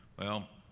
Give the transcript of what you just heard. well,